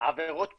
עבירות פליליות,